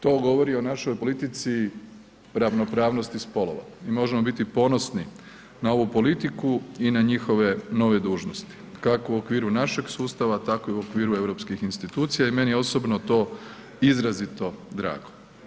To govori i o našoj politici ravnopravnosti spolova i možemo biti ponosni na ovu politiku i na njihove nove dužnosti kako u okviru našeg sustava tako i u okviru europskih institucija i meni je osobito to izrazito drago.